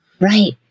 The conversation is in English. Right